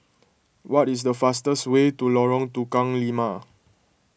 what is the fastest way to Lorong Tukang Lima